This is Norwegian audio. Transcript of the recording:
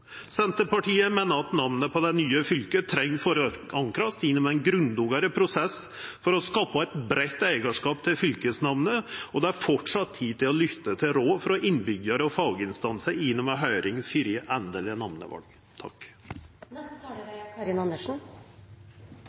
Senterpartiet meiner at namnet på det nye fylket treng å verta forankra gjennom ein grundigare prosess, for å skapa eit breitt eigarskap til fylkesnamnet. Det er framleis tid til å lytta til råd frå innbyggjarar og faginstansar gjennom ei høyring